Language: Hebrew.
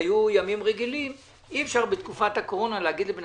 כשהיו ימים רגילים אי אפשר בתקופת הקורונה להגיד לבן